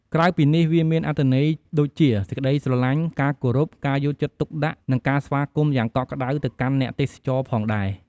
ក្រៅពីនេះវាមានអត្ថន័យដូចជា សេចក្តីស្រលាញ់ ការគោរព ការយកចិត្តទុកដាក់ និងការស្វាគមន៍យ៉ាងកក់ក្តៅទៅកាន់អ្នកទេសចរផងដែរ។